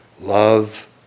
Love